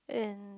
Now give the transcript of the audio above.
and